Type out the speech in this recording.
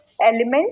element